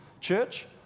church